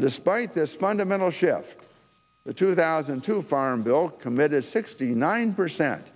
despite this fundamental shift the two thousand two farm bill committed sixty nine percent